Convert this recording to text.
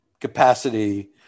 capacity